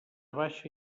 baixa